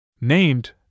Named